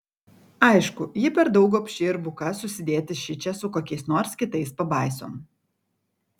aišku ji per daug gobši ir buka susidėti šičia su kokiais nors kitais pabaisom